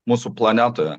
mūsų planetoje